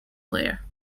player